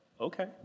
okay